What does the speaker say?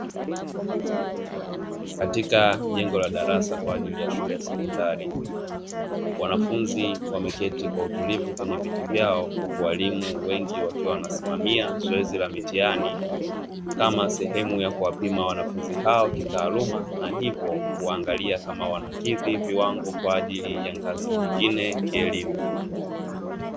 Katika jengo la darasa kwa ajili ya shule ya sekondari, wanafunzi wameketi kwa utulivu kwenye viti vyao huku walimu wengi wakiwa wanasimamia zoezi la mitihani; Kama sehemu ya kuwapima wanafunzi hao kitaaluma na kuangalia kama wanakizi viwango kwa ajili ya ngazi nyingine kielimu.